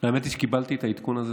היה כדאי.